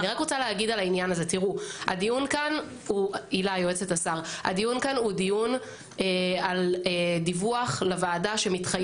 הדיון כאן הוא דיון על דיווח לוועדה שמתחייב.